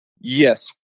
Yes